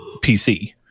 PC